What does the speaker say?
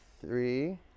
Three